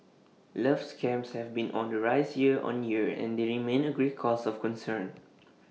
love scams have been on the rise year on year and they remain A great cause of concern